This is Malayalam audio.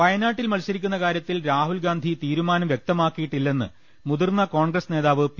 വയനാട്ടിൽ മത്സരിക്കുന്ന കാര്യത്തിൽ രാഹുൽഗാന്ധി തീരുമാനം വ്യക്തമാക്കിയിട്ടില്ലെന്ന് മുതിർന്ന കോൺഗ്രസ് ് നേതാവ് പി